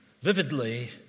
vividly